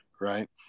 right